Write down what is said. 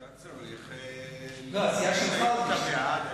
אתה צריך, הסיעה שלחה אותי פשוט.